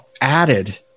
added